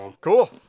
Cool